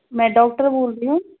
मैं डॉक्टर बोल रही हूँ